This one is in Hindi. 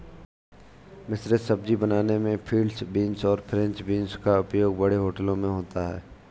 मिश्रित सब्जी बनाने में फील्ड बींस और फ्रेंच बींस का उपयोग बड़े होटलों में होता है